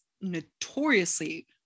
notoriously